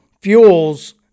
fuels